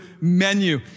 menu